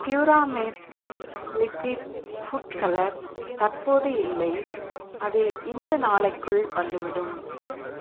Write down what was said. பியூராமேட் liquid food colour தற்போது இல்லை அது இந்த நாளைக்குள் வந்துவிடும்